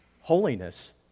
holiness